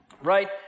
right